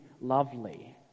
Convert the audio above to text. lovely